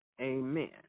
Amen